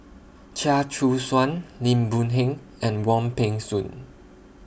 Chia Choo Suan Lim Boon Heng and Wong Peng Soon